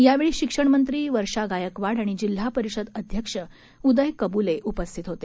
यावेळी शिक्षणमंत्री वर्षा गायकवाड आणि जिल्हा परिषद अध्यक्ष उदय कबुले उपस्थित होते